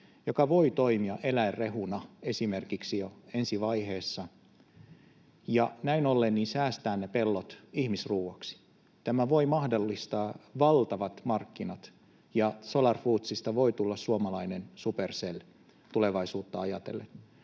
joka voi toimia esimerkiksi eläinrehuna jo ensi vaiheessa ja näin ollen säästää ne pellot ihmisruuaksi. Tämä voi mahdollistaa valtavat markkinat ja Solar Foodsista voi tulla suomalainen Supercell, tulevaisuutta ajatellen.